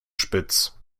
spitz